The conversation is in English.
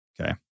okay